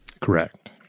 Correct